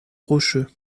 rocheux